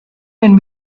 can